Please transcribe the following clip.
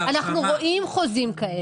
אנחנו רואים חוזים כאלה.